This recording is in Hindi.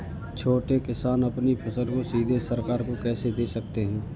छोटे किसान अपनी फसल को सीधे सरकार को कैसे दे सकते हैं?